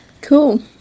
Cool